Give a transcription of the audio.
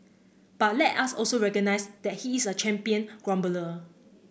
but let us also recognise that he is a champion grumbler